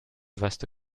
vaste